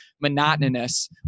monotonous